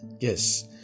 yes